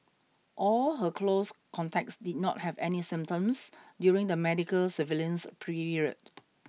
all her close contacts did not have any symptoms during the medical surveillance period